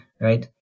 Right